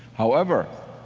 however,